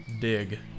dig